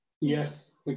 Yes